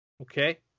Okay